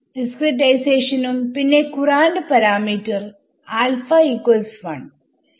ഡിസ്ക്രിടൈസേഷനും പിന്നെ Courant parameter alpha 1